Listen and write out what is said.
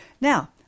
Now